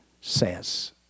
says